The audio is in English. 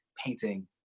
painting